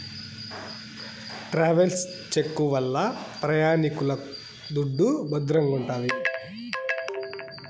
travels చెక్కు వల్ల ప్రయాణికుల దుడ్డు భద్రంగుంటాది